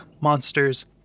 monsters